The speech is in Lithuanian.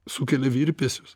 sukelia virpesius